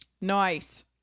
Nice